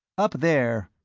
up there,